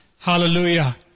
Hallelujah